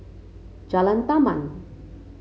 Jalan Taman